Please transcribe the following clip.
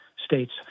states